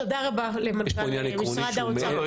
תודה רבה למנכ"ל משרד האוצר.